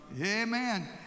Amen